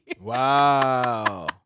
Wow